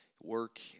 work